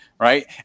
right